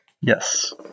Yes